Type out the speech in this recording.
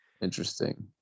Interesting